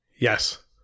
Yes